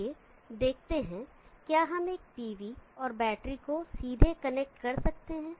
आइए देखते हैं क्या हम एक pv और बैटरी को सीधे कनेक्ट कर सकते हैं